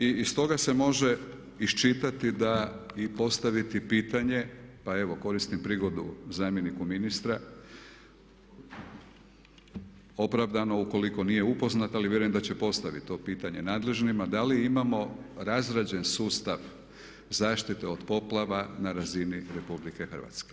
I iz toga se može iščitati da i postaviti pitanje, pa evo koristim prigodu zamjeniku ministra, opravdano ukoliko nije upoznat ali vjerujem da će postaviti to pitanje nadležnima da li imamo razrađen sustav zaštite od poplava na razini RH?